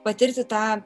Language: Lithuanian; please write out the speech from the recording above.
patirti tą